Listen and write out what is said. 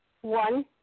One